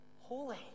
holy